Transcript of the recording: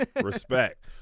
respect